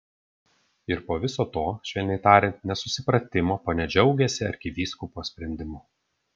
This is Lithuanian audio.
ir po viso to švelniai tariant nesusipratimo ponia džiaugiasi arkivyskupo sprendimu